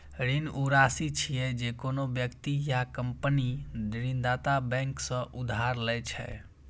ऋण ऊ राशि छियै, जे कोनो व्यक्ति या कंपनी ऋणदाता बैंक सं उधार लए छै